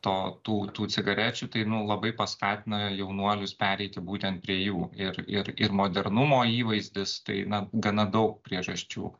to tų tų cigarečių tai nu labai paskatina jaunuolius pereiti būtent prie jų ir ir ir modernumo įvaizdis tai na gana daug priežasčių